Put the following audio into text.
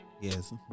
yes